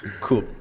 cool